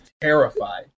terrified